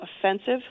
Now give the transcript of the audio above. offensive